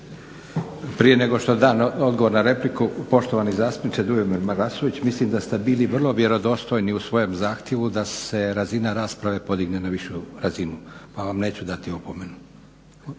Prije nego što dam odgovor na repliku, poštovani zastupniče Dujomir Marasović mislim da ste bili vrlo vjerodostojni u svojem zahtjevu da se razina rasprave podigne na višu razinu, pa vam neću dati opomenu.